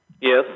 Yes